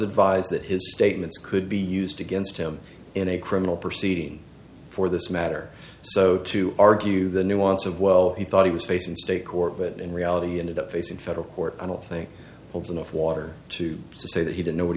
that his statements could be used against him in a criminal proceeding for this matter so to argue the nuance of well he thought he was facing state court but in reality ended up facing federal court i don't think holds enough water to say that he didn't know what